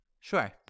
Sure